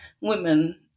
women